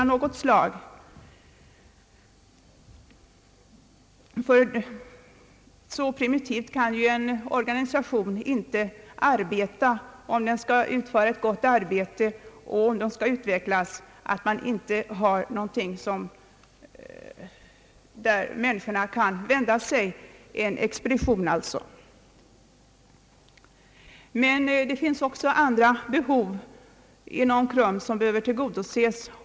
Om en organisation skall utföra ett gott arbete och skall utvecklas, kan man inte arbeta så primitivt att man inte har något ställe dit folk kan vända sig. En expedition är alltså nödvändig. Men det finns också andra behov inom KRUM som behöver tillgodoses.